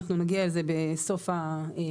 אנחנו נגיע לזה בסוף החוק.